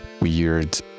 weird